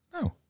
No